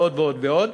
ועוד ועוד,